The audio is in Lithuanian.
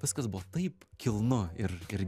viskas buvo taip kilnu ir ir